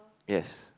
yes